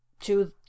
to